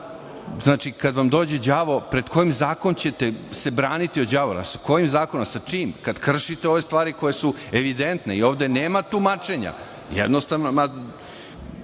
znači kada vam dođe đavo, kojim zakonom ćete se braniti od đavola? Pred kojim zakonom? Sa čim, kada kršite ove stvari koje su evidentne i ovde nema tumačenja? Jednostavno,